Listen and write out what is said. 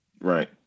Right